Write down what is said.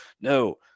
no